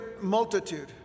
multitude